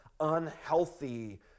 Unhealthy